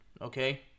Okay